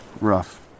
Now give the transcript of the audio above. rough